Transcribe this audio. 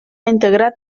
integrat